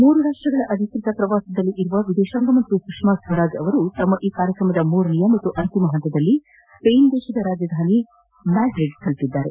ಮೂರು ರಾಷ್ಟಗಳ ಅಧಿಕೃತ ಪ್ರವಾಸದಲ್ಲಿರುವ ವಿದೇತಾಂಗ ಮಂತ್ರಿ ಸುಷ್ಮಾ ಸ್ವರಾಜ್ ತಮ್ಮ ಈ ಕಾರ್ಯಕ್ರಮದ ಮೂರನೆಯ ಮತ್ತು ಅಂತಿಮ ಹಂತದಲ್ಲಿ ಸ್ಪೇನ್ ದೇಶದ ರಾಜಧಾನಿ ಮ್ಯಾಡ್ರಿಡ್ ತಲುಪಿದ್ದಾರೆ